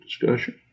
discussion